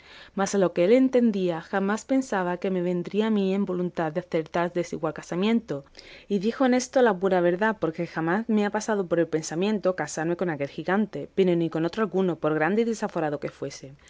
mas a lo que él entendía jamás pensaba que me vendría a mí en voluntad de hacer tan desigual casamiento y dijo en esto la pura verdad porque jamás me ha pasado por el pensamiento casarme con aquel gigante pero ni con otro alguno por grande y desaforado que fuese